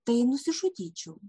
tai nusižudyčiau